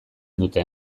dute